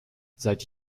seit